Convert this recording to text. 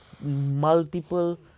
multiple